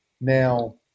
Now